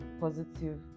positive